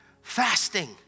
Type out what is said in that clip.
Fasting